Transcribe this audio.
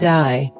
die